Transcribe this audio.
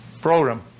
program